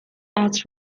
عطر